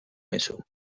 eso